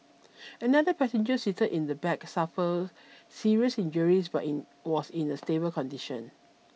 another passenger seated in the back suffered serious injuries but in was in a stable condition